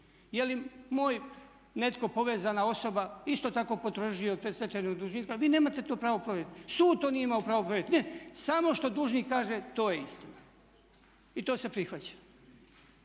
je li moje netko povezana osoba isto tako … predstečajnog dužnika, vi nemate to pravo provjeriti, sud to nije imao pravo provjeriti. Samo što dužnik kaže to je istina i to se prihvaća.